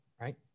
right